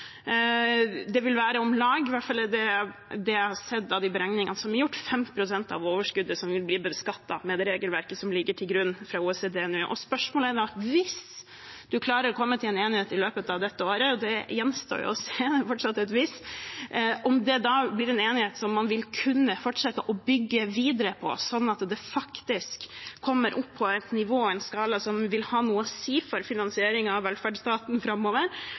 de beregningene som er gjort – 5 pst. av overskuddet som vil bli beskattet med det regelverket som ligger til grunn fra OECD nå. Spørsmålet er da – hvis man klarer å komme til en enighet i løpet av dette året, og det gjenstår å se, det er fortsatt et «hvis» – om det blir en enighet som man vil kunne fortsette å bygge videre på, slik at det faktisk kommer opp på et nivå, en skala, som vil ha noe å si for finansieringen av velferdsstaten framover,